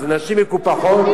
אז נשים מקופחות?